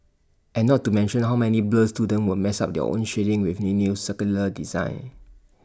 and not to mention how many blur students will mess up their own shading with he new circular design